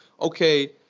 Okay